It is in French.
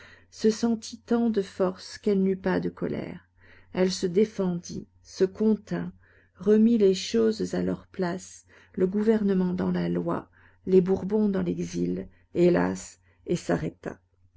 se sentit tant de force qu'elle n'eut pas de colère elle se défendit se contint remit les choses à leur place le gouvernement dans la loi les bourbons dans l'exil hélas et s'arrêta